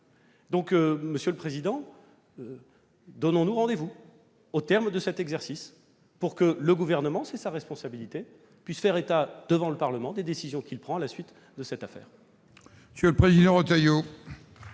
Aussi, monsieur le président, donnons-nous rendez-vous, au terme de cet exercice, pour que le Gouvernement- c'est sa responsabilité -puisse faire état devant le Parlement des décisions qu'il prendra à la suite de cette affaire.